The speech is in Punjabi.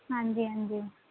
ਹਾਂਜੀ ਹਾਂਜੀ